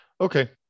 Okay